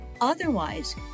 Otherwise